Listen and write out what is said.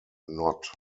not